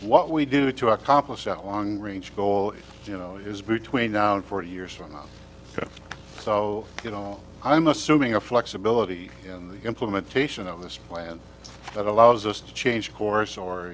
what we do to accomplish our long range goal you know is between now and forty years from now so you know i'm assuming a flexibility in the implementation of this plan that allows us to change course or